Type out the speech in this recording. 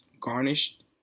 garnished